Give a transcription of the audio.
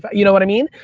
but you know what i mean?